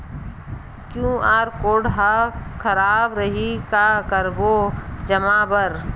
QR code हा खराब रही का करबो जमा बर?